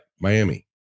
Miami